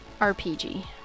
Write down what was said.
RPG